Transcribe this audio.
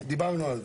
דיברנו על זה.